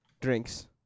drinks